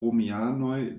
romianoj